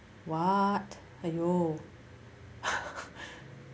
what !aiyo!